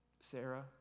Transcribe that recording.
Sarah